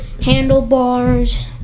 handlebars